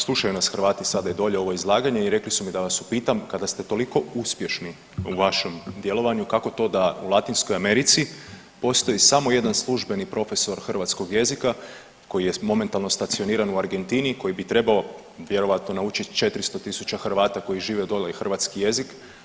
Slušaju nas Hrvati sada i dolje ovo izlaganje i rekli su mi da vas upitam kada ste toliko uspješni u vašem djelovanju kako to da u Latinskoj Americi postoji samo jedan službeni profesor hrvatskog jezika koji je momentalno stacioniran u Argentini i koji bi trebao vjerojatno naučit 400.000 Hrvata koji žive dole i hrvatski jezik.